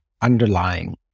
underlying